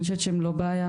אני חושבת שהם לא הבעיה,